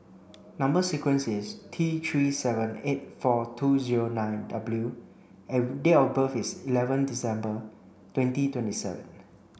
number sequence is T three seven eight four two zero nine W and date of birth is eleven December twenty twenty seven